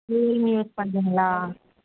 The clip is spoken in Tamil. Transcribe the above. ரியல்மீ யூஸ் பண்ணிங்களா